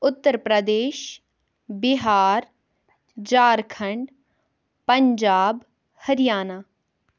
Uttar Pradesh Bihar Jharkhand Punjab Haryana